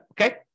Okay